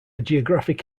geographic